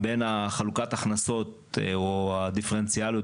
בין חלוקת ההכנסות או הדיפרנציאליות